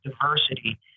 diversity